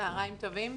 צהריים טובים.